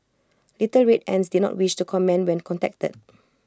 little red ants did not wish to comment when contacted